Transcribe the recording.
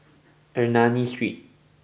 Ernani Street